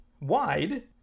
wide